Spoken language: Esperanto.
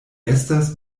estas